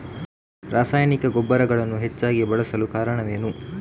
ರಾಸಾಯನಿಕ ಗೊಬ್ಬರಗಳನ್ನು ಹೆಚ್ಚಾಗಿ ಬಳಸಲು ಕಾರಣವೇನು?